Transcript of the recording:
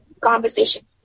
conversation